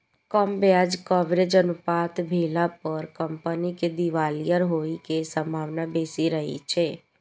कम ब्याज कवरेज अनुपात भेला पर कंपनी के दिवालिया होइ के संभावना बेसी रहै छै